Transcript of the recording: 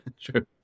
True